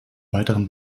weiteren